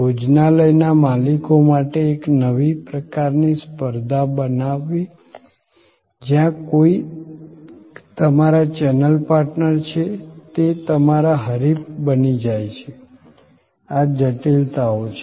ભોજનાલયના માલિકો માટે એક નવી પ્રકારની સ્પર્ધા બનાવવી જ્યાં કોઈક તમારા ચેનલ પાર્ટનર છે તે તમારા હરીફ બની જાય છે આ જટિલતાઓ છે